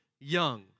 young